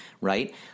Right